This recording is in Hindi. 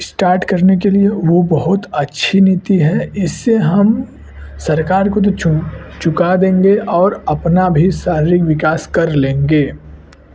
स्टार्ट करने के लिए वो बहुत अच्छी नीति है इसे हम सरकर को तो चुका देंगे और अपना भी शारीरिक विकास कर लेंगे